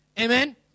Amen